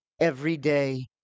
everyday